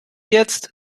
jetzt